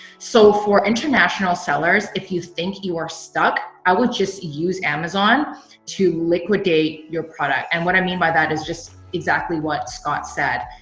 so for international sellers, if you think you are stuck, i would just use amazon to liquidate your product. and what i mean by that is just exactly what scott said.